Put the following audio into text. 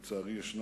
לצערי עדיין יש,